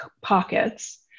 pockets